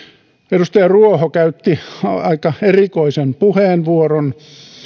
edustaja ruoho käytti aika erikoisen puheenvuoron